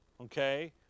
Okay